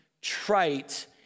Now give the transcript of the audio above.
trite